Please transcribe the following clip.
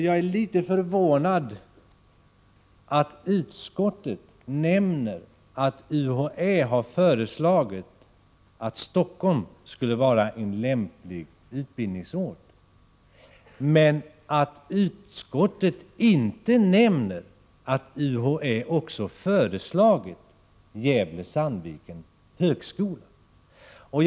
Jag är litet förvånad över att utskottet nämner UHÄ:s förslag att Stockholm skulle vara en lämplig utbildningsort men inte nämner att UHÄ också föreslagit utbildning vid högskolan i Gävle-Sandviken.